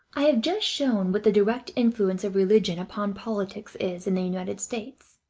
i have just shown what the direct influence of religion upon politics is in the united states,